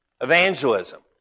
Evangelism